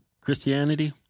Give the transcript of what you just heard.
Christianity